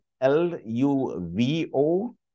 L-U-V-O